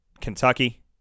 Kentucky